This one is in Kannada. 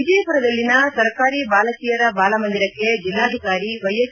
ವಿಜಯಮರದಲ್ಲಿನ ಸರ್ಕಾರಿ ಬಾಲಕಿಯರ ಬಾಲಮಂದಿರಕ್ಕೆ ಜಿಲ್ಲಾಧಿಕಾರಿ ವೈಎಸ್